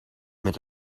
met